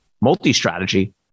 multi-strategy